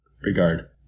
regard